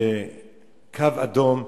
קו אדום,